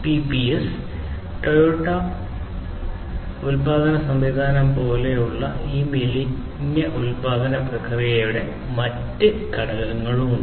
PPS Toyota ഉൽപാദന സംവിധാനം പോലുള്ള ഈ മെലിഞ്ഞ ഉൽപാദന പ്രക്രിയയുടെ മറ്റ് ഘടകങ്ങളുണ്ട്